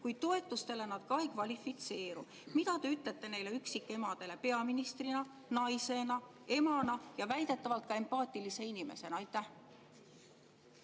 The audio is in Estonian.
kuid toetustele nad ka ei kvalifitseeru. Mida te ütlete neile üksikemadele peaministrina, naisena, emana ja väidetavalt empaatilise inimesena? Aitäh